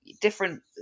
different